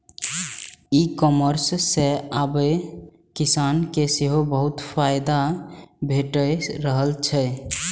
ई commerce सं आब किसान के सेहो बहुत फायदा भेटि रहल छै